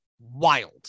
wild